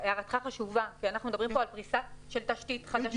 הערתך חשובה כי אנחנו מדברים כאן על פריסה של תשתית חדשה.